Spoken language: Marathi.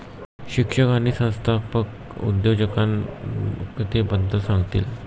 शिक्षक आज संस्थात्मक उद्योजकतेबद्दल सांगतील